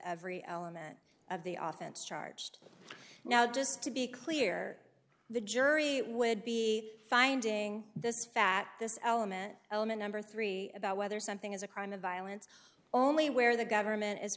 every element of the often charged now just to be clear the jury would be finding this that this element element number three about whether something is a crime of violence only where the government is